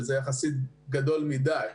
שזה יחסית גדול מדי,